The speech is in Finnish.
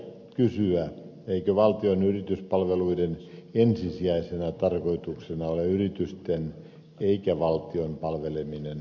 on syytä kysyä eikö valtion yrityspalveluiden ensisijaisena tarkoituksena ole yritysten eikä valtion palveleminen